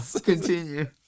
continue